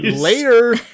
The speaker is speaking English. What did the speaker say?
later